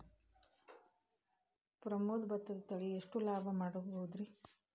ಪ್ರಮೋದ ಭತ್ತದ ತಳಿ ಎಷ್ಟ ಲಾಭಾ ಮಾಡಬಹುದ್ರಿ?